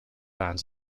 ons